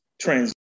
trans